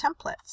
templates